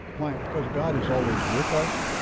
why? because god is always with us,